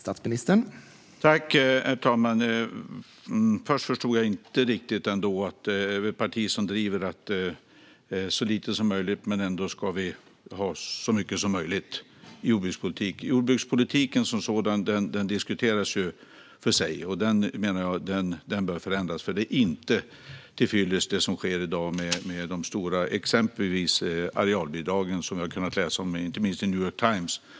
Herr talman! Jag förstod inte riktigt. Det handlar om ett parti som driver på för så lite jordbrukspolitik som möjligt, men ändå ska vi ha så mycket jordbrukspolitik som möjligt. Jordbrukspolitiken som sådan diskuteras ju för sig. Jag menar att den bör förändras, för det som sker i dag - exempelvis med de stora arealbidrag som vi har kunnat läsa om, inte minst i New York Times - är inte till fyllest.